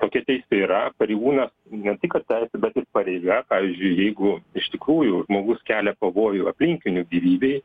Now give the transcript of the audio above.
tokia teisė yra pareigūnas ne tik kad teisė bet ir pareiga pavyzdžiui jeigu iš tikrųjų žmogus kelia pavojų aplinkinių gyvybei